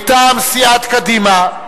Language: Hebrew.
מטעם סיעת קדימה,